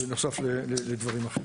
בנוסף לדברים אחרים.